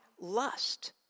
lust